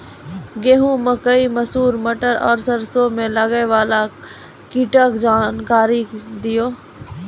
गेहूँ, मकई, मसूर, मटर आर सरसों मे लागै वाला कीटक जानकरी दियो?